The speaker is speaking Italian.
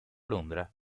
londra